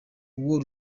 uwo